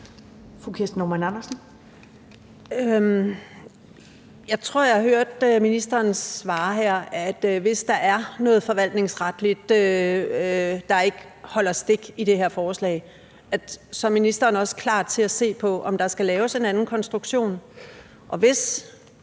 Jeg tror, jeg hørte ministeren svare her, at hvis der er noget forvaltningsretligt, der ikke holder stik i det her forslag, er ministeren også klar til at se på, om der skal laves en anden konstruktion. Og i